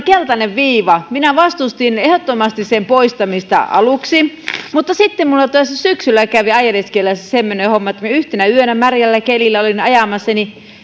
keltainen viiva minä vastustin ehdottomasti sen poistamista aluksi mutta sitten minulle tässä syksyllä kävi ajellessa semmoinen homma että kun minä yhtenä yönä märällä kelillä olin ajamassa niin